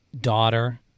daughter